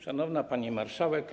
Szanowna Pani Marszałek!